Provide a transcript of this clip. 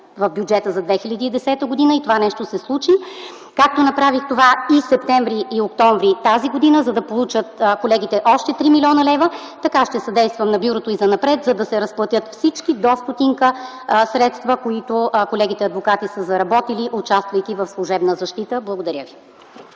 в бюджета за 2010 г. и това нещо се случи, както направих това и м. септември, и м. октомври т.г., за да получат колегите още 3 млн. лв., така ще съдействам на Бюрото и занапред, за да се разплатят до стотинка всички средства, които колегите адвокати са заработили, участвайки в служебна защита. Благодаря.